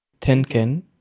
Tenken